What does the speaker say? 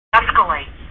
escalate